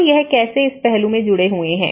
तो यह कैसे इस पहलू में जुड़े हुए हैं